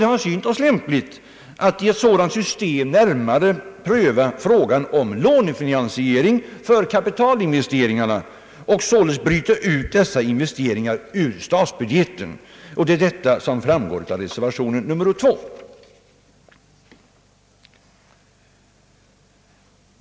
Det har synts oss lämpligt att i ett sådant system närmare pröva frågan om lånefinansiering för kapitalinvesteringarna och således bryta ut dessa investeringar ur statsbudgeten. Det är detta som framgår av reservation nr 2.